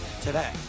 today